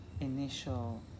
initial